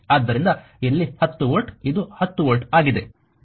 ಆದ್ದರಿಂದ ಇಲ್ಲಿ 10 ವೋಲ್ಟ್ ಇದು 10 ವೋಲ್ಟ್ ಆಗಿದೆ